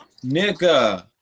Nigga